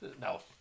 No